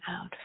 out